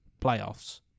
playoffs